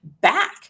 back